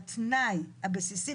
התנאי הבסיסי,